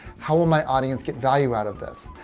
how will my audience get value out of this?